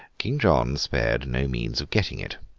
king john spared no means of getting it.